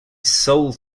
soul